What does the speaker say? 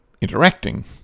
interacting